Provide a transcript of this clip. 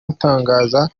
gutangaza